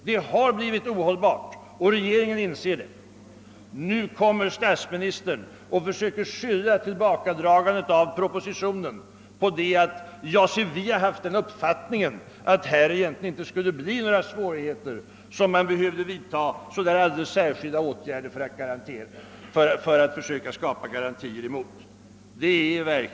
Det har blivit ohållbart, och det inser regeringen också. Statsministern ursäktar tillbakadragandet av propositionen med att säga: Vi har haft den uppfattningen, att det här egentligen inte skulle bli några sådana svårigheter att man behövde vidta alldeles särskilda åtgärder för att genom dem skapa garantier mot stora hyreshöjningar.